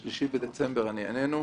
ב-3 בדצמבר אני איננו.